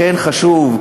לכן חשוב,